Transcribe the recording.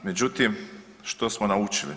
Međutim, što smo naučili?